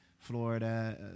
Florida